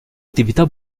attività